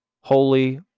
holy